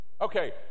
okay